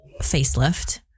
facelift